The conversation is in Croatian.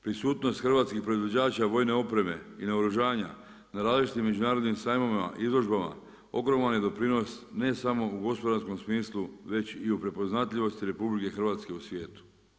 Prisutnost hrvatskih proizvođača vojne opreme i naoružanja na različitim međunarodnim sajmovima, izložbama, ogroman je doprinos, ne samo u gospodarskom smislu, već i u prepoznatljivosti RH u svijetu.